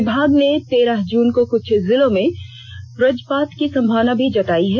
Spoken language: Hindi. विभाग ने तेरह जून को कुछ जिलों में वजपात की संभावना भी जताई है